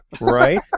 Right